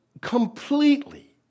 completely